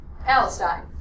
Palestine